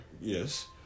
Yes